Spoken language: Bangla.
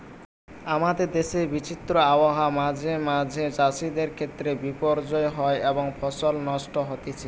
আমাদের দেশের বিচিত্র আবহাওয়া মাঁঝে মাঝে চাষিদের ক্ষেত্রে বিপর্যয় হয় এবং ফসল নষ্ট হতিছে